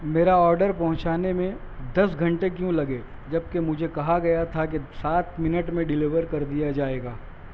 میرا آرڈر پہنچانے میں دس گھنٹے کیوں لگے جب کہ مجھے کہا گیا تھا کہ سات منٹ میں ڈیلیور کر دیا جائے گا